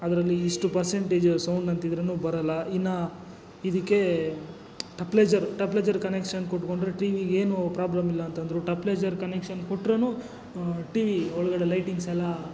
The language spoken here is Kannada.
ಅದರಲ್ಲಿ ಇಷ್ಟು ಪರ್ಸೆಂಟೇಜ ಸೌಂಡ್ ಅಂತಿದ್ರೂನೂ ಬರೋಲ್ಲ ಇನ್ನು ಇದಕ್ಕೆ ಟಪ್ಲೇಜ಼ರ್ ಟಪ್ಲೇಜ಼ರ್ ಕನೆಕ್ಷನ್ ಕೊಟ್ಕೊಂಡ್ರೆ ಟಿವಿಗೇನೂ ಪ್ರಾಬ್ಲಮಿಲ್ಲ ಅಂತೆಂದ್ರು ಟಪ್ಲೇಜ಼ರ್ ಕನೆಕ್ಷನ್ ಕೊಟ್ರೂನು ಟಿವಿ ಒಳ್ಗಡೆ ಲೈಟಿಂಗ್ಸೆಲ್ಲ